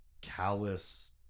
callous